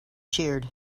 cheered